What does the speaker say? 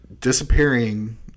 disappearing